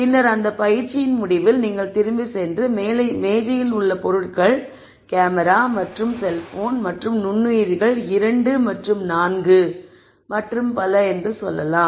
பின்னர் அந்த பயிற்சியின் முடிவில் நீங்கள் திரும்பிச் சென்று மேஜையில் உள்ள பொருட்கள் கேமரா மற்றும் செல்போன் மற்றும் நுண்ணுயிரிகள் 2 மற்றும் 4 மற்றும் பல என்று சொல்லலாம்